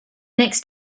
next